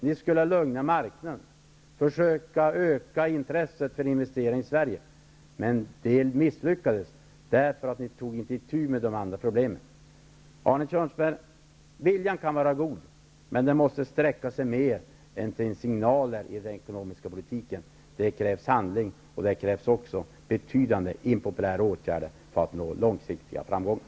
Ni skulle lugna marknaden, försöka öka intresset för investeringar i Sverige. Men det misslyckades, därför att ni inte tog itu med de andra problemen. Arne Kjörnsberg! Viljan kan vara god, men den måste sträcka sig längre än till signaler i den ekonomiska politiken. Det krävs handling, och det krävs betydande impopulära åtgärder för att nå långsiktiga framgångar.